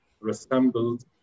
resembled